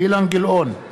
אילן גילאון,